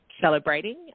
celebrating